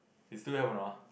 you still have or not